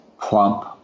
plump